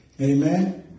Amen